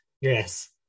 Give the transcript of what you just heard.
Yes